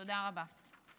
תודה רבה.